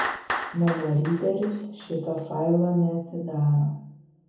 mano ryderis šito failo neatidaro